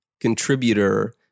contributor